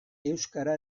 euskara